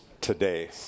today